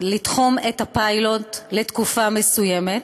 לתחום את הפיילוט לתקופה מסוימת,